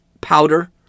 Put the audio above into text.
powder